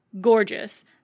gorgeous